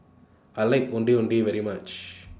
I like Ondeh Ondeh very much